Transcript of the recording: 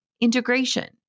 integration